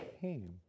came